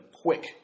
quick